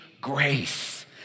grace